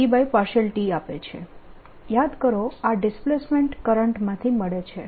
યાદ કરો આ ડિસ્પ્લેસમેન્ટ કરંટ માંથી મળે છે